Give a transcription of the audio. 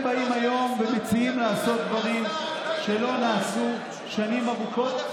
אתם באים היום ומציעים לעשות דברים שלא נעשו שנים ארוכות.